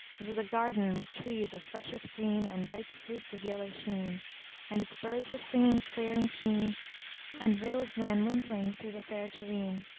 it was a garden with trees of freshest green and ripe fruits of yellow sheen and its birds were singing clear and keen and rills ran wimpling through the fair terrene.